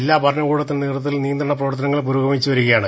ജില്ലാ ഭരണ കൂടത്തിന്റെ നേതൃത്വത്തിൽ നിയന്ത്രണ പ്രവർത്ത നങ്ങൾ പുരോഗമിക്കുകയാണ്